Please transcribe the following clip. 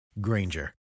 Granger